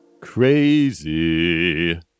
Crazy